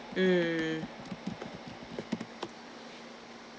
mm